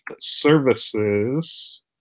services